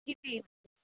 के के